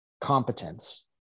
competence